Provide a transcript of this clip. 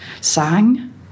sang